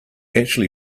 actually